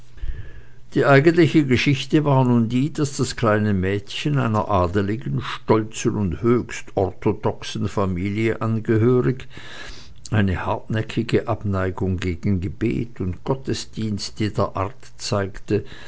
die eigentliche geschichte war nun die daß das kleine mädchen einer adeligen stolzen und höchst orthodoxen familie angehörig eine hartnäckige abneigung gegen gebet und gottesdienst jeder art zeigte